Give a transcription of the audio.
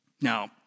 Now